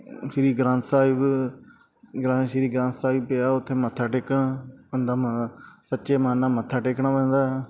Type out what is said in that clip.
ਸ਼੍ਰੀ ਗ੍ਰੰਥ ਸਾਹਿਬ ਗ੍ਰੰਥ ਸ਼੍ਰੀ ਗ੍ਰੰਥ ਸਾਹਿਬ ਪਿਆ ਉੱਥੇ ਮੱਥਾ ਟੇਕਣ ਬੰਦਾ ਮ ਸੱਚੇ ਮਨ ਨਾਲ ਮੱਥਾ ਟੇਕਣਾ ਪੈਂਦਾ